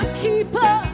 keeper